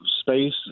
space